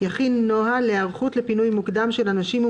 יכין נוהל להיערכות לפינוי מוקדם של אנשים עם